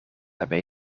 hebben